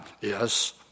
Yes